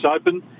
Open